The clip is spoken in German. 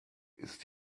ist